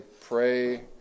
pray